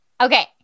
Okay